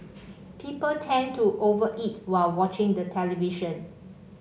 people tend to over eat while watching the television